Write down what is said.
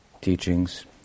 teachings